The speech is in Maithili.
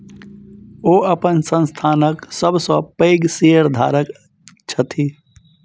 ओ अपन संस्थानक सब सॅ पैघ शेयरधारक छथि